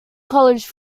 college